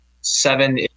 seven